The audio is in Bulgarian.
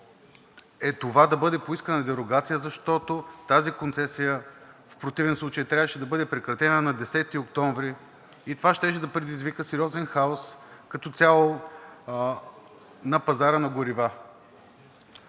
е това да бъде поискана дерогация, защото тази концесия в противен случай трябваше да бъде прекратена на 10 октомври и това щеше да предизвика сериозен хаос като цяло на пазара на горивата.